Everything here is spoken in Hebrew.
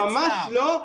--- ממש לא.